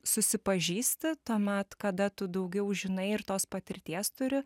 susipažįsti tuomet kada tu daugiau žinai ir tos patirties turi